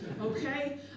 Okay